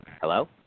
hello